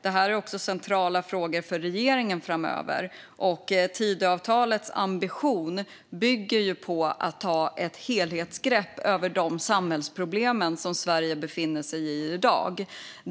Det är också centrala frågor för regeringen framöver, och Tidöavtalets ambition är ju att ta ett helhetsgrepp om de samhällsproblem som Sverige har i dag.